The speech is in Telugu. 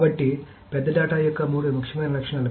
కాబట్టి పెద్ద డేటా యొక్క మూడు ముఖ్యమైన లక్షణాలు